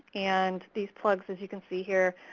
and these plugs, as you can see here,